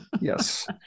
Yes